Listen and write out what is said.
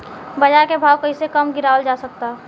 बाज़ार के भाव कैसे कम गीरावल जा सकता?